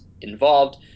involved